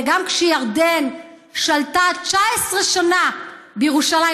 וגם כשירדן שלטה 19 שנה בירושלים,